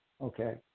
okay